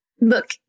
Look